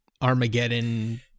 Armageddon